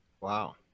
Wow